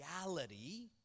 reality